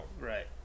Right